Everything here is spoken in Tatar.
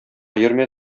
йөрмә